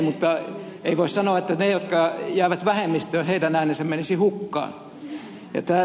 mutta ei voi sanoa että heidän jotka jäävät vähemmistöön äänensä menisivät hukkaan